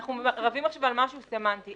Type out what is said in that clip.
אנחנו רבים עכשיו על משהו סמנטי,